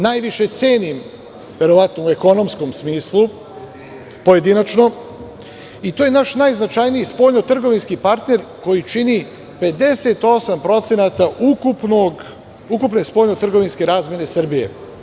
Najviše cenim verovatno u ekonomskom smislu pojedinačno i to je naš najznačajniji spoljno trgovinski partner koji čini 58% ukupne spoljno trgovinske razmene Srbije.